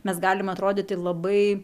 mes galim atrodyti labai